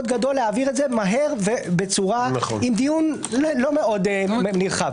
גדול להעביר את זה מהר ובצורה עם דיון לא מאוד נרחב.